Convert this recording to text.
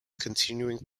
continuing